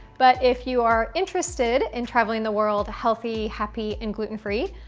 but if you are interested in traveling the world healthy, happy, and gluten free,